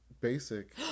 basic